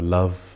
love